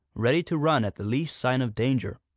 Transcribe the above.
ready to run at the least sign of danger.